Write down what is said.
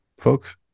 folks